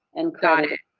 and got it.